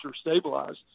stabilized